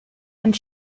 and